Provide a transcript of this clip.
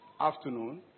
afternoon